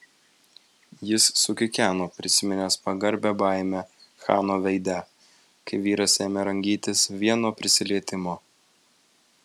jis sukikeno prisiminęs pagarbią baimę chano veide kai vyras ėmė rangytis vien nuo prisilietimo